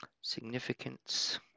significance